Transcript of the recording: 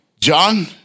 John